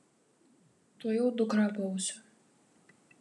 tuojau dukrą apausiu